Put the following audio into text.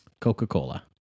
Coca-Cola